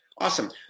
Awesome